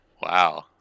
Wow